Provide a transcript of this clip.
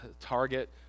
target